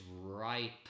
ripe